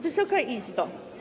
Wysoka Izbo!